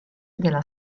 della